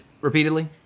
repeatedly